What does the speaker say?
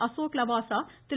Ashok Lavasa Thiru